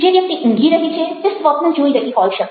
જે વ્યક્તિ ઊંઘી રહી છે તે સ્વપ્ન જોઇ રહી હોઈ શકે